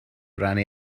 rannu